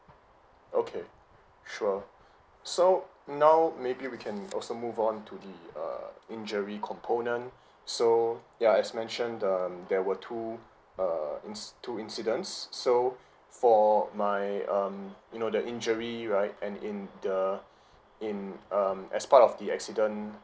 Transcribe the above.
okay sure so now maybe we can also move on to the err injury component so ya as mentioned um there were two err inci~ two incidents so for my um you know the injury right and in the in um as part of the accident